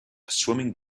swimming